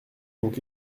donc